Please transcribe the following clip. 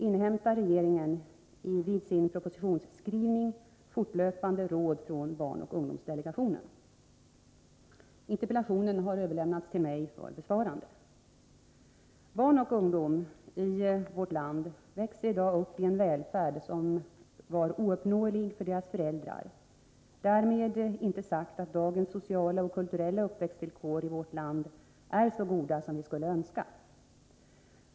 Inhämtar regeringen vid sin propositionsskrivning fortlöpande råd från barnoch ungdomsdelegationen? Interpellationen har överlämnats till mig för besvarande. Barn och ungdom i vårt land växer i dag upp i en välfärd som var ouppnåelig för deras föräldrar. Därmed är inte sagt att dagens sociala och kulturella uppväxtvillkor i vårt land är så goda som vi skulle önska.